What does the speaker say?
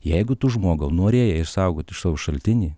jeigu tu žmogau norėjai išsaugoti savo šaltinį